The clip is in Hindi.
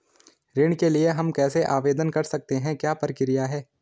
ऋण के लिए हम कैसे आवेदन कर सकते हैं क्या प्रक्रिया है?